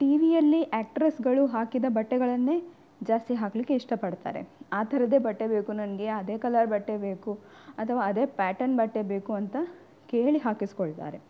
ಟಿವಿಯಲ್ಲಿ ಆ್ಯಕ್ಟ್ರಸ್ಗಳು ಹಾಕಿದ ಬಟ್ಟೆಗಳನ್ನೇ ಜಾಸ್ತಿ ಹಾಕಲಿಕ್ಕೆ ಇಷ್ಟಪಡ್ತಾರೆ ಆ ಥರದೇ ಬಟ್ಟೆ ಬೇಕು ನನಗೆ ಅದೇ ಕಲರ್ ಬಟ್ಟೆ ಬೇಕು ಅಥವಾ ಅದೇ ಪ್ಯಾಟರ್ನ್ ಬಟ್ಟೆ ಬೇಕು ಅಂತ ಕೇಳಿ ಹಾಕಿಸಿಕೊಳ್ತಾರೆ